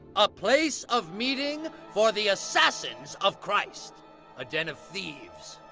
a place of meeting for the assassins of christ a den of thieves,